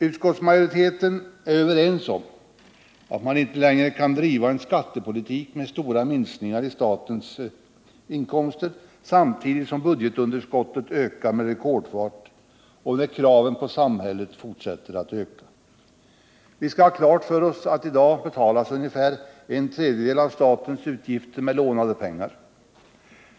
Utskottsmajoriteten är överens om att man inte längre kan driva en skattepolitik med stora minskningar i statens inkomster samtidigt som budgetunderskottet ökar med rekordfart och kraven på samhället fortsätter att öka. Vi skall ha klart för oss att ungefär en tredjedel av statens utgifter i dag betalas med lånade pengar.